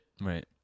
Right